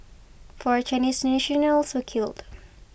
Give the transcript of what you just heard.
four Chinese nationals were killed